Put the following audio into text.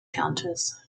counters